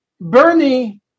Bernie